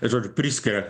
žodžiu priskiria